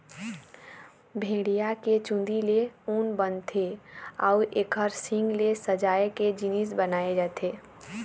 भेड़िया के चूंदी ले ऊन बनथे अउ एखर सींग ले सजाए के जिनिस बनाए जाथे